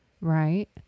right